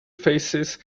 faces